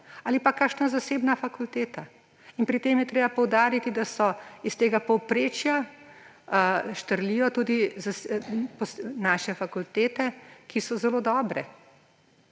ali pa kakšna zasebna fakulteta? Pri tem je treba poudariti, da iz tega povprečja štrlijo tudi naše fakultete, ki so zelo dobre.